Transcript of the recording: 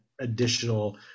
additional